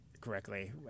correctly